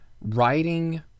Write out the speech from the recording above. writing